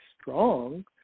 strong